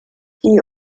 die